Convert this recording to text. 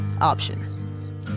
option